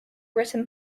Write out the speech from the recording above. written